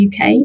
UK